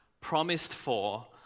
promised-for